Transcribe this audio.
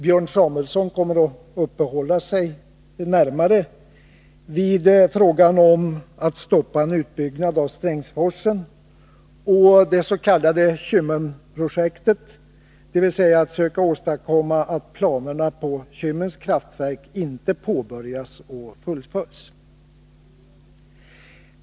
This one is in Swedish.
Björn Samuelson kommer att närmare uppehålla sig vid frågan om att stoppa en utbyggnad av Strängsforsen och det s.k. Kymmenprojektet, dvs. att försöka åstadkomma att planerna på Kymmens kraftverk inte påbörjas och fullföljs.